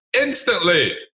instantly